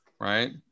Right